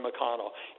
McConnell